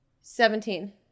seventeen